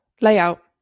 layout